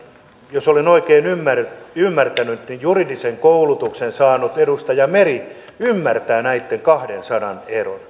jos olen oikein ymmärtänyt juridisen koulutuksen saanut edustaja meri ymmärtää näitten kahden sanan eron